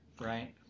Right